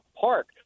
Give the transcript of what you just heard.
park